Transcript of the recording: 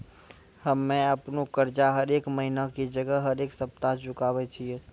हम्मे अपनो कर्जा हरेक महिना के जगह हरेक सप्ताह चुकाबै छियै